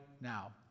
now